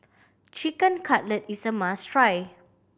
Chicken Cutlet is a must try